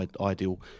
ideal